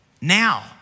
now